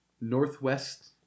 Northwest